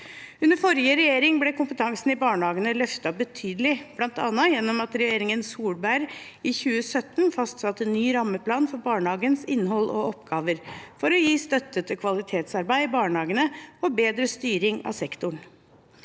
Under forrige regjering ble kompetansen i barnehagene løftet betydelig, bl.a. gjennom at regjeringen Solberg i 2017 fastsatte ny rammeplan for barnehagens innhold og oppgaver, for å gi støtte til kvalitetsarbeid i barnehagene og bedre styring av sektoren.